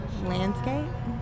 landscape